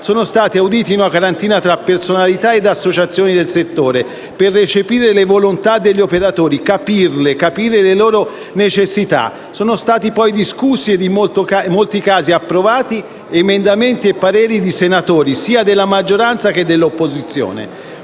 sono stati auditi una quarantina tra personalità e associazioni del settore, per recepire le volontà degli operatori, capirli, comprenderne le necessità. Sono stati poi discussi, e in molti casi approvati, emendamenti e pareri di senatori sia della maggioranza che dell'opposizione.